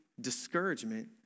discouragement